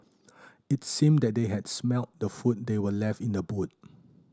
it seemed that they had smelt the food that were left in the boot